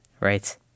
right